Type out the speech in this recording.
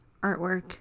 artwork